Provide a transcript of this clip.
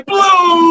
Blue